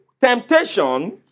temptation